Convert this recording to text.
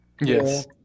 Yes